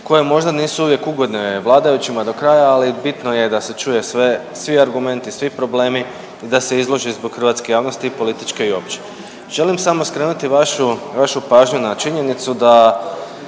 koje možda nisu uvijek ugodne vladajućima do kraja, ali bitno je da se čuje sve, svi argumenti, svi problemi i da se izlože zbog hrvatske javnosti i političke i opće. Želim samo skrenuti vašu, vašu pažnju na činjenicu da